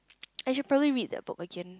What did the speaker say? I should probably read that book again